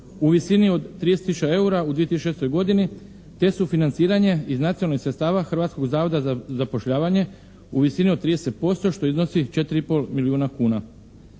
u visini od 30 tisuća eura u 2006. godini, te sufinanciranje iz nacionalnih sredstava Hrvatskog zavoda za zapošljavanje u visini od 30% što iznosi 4,5 milijuna kuna.